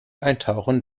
eintauchen